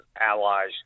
allies